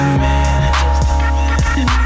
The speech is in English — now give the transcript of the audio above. man